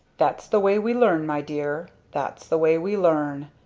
that's the way we learn my dear, that's the way we learn!